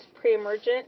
pre-emergent